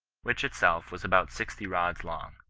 which itself was about sixty rods long.